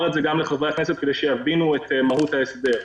את זה גם לחברי הכנסת כדיש שיבינו את מהות ההסדר.